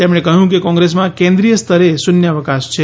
તેમણે કહ્યું કે કોંગ્રેસમાં કેન્દ્રીય સ્તરે શૂન્યા વકાશ છે